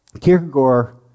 Kierkegaard